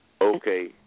Okay